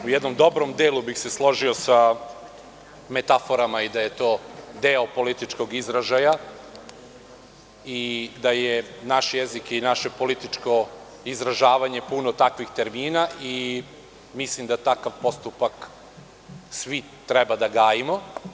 U jednom dobrom delu bih se složio sa metaforama i da je to deo političkog izražaja i da je naš jezik i naše političko izražavanje puno takvih termina i mislim da takav postupak svi treba da gajimo.